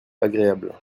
agréable